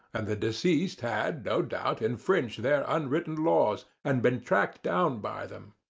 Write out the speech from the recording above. and the deceased had, no doubt, infringed their unwritten laws, and been tracked down by them.